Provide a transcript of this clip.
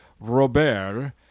Robert